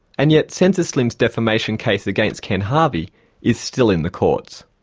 and yet sensaslim's defamation case against ken harvey is still in the courts.